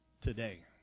today